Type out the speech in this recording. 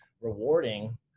rewarding